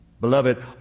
beloved